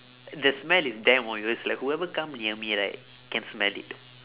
the smell is damn obvious like whoever come near me right can smell it